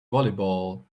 volleyball